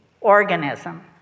organism